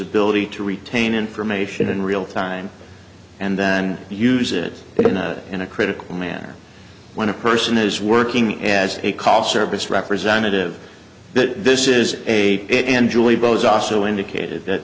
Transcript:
ability to retain information in real time and then use it but in a in a critical manner when a person is working as a call service representative this is a it and julie bowser also indicated that